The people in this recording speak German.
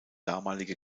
damalige